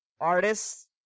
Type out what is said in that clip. artists